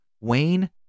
Wayne